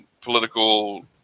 political